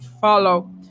follow